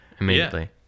immediately